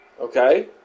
okay